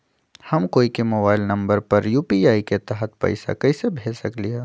हम कोई के मोबाइल नंबर पर यू.पी.आई के तहत पईसा कईसे भेज सकली ह?